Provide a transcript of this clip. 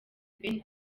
ben